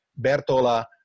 Bertola